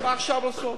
אז למה עכשיו לעשות?